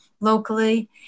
locally